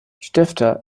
stifter